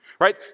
right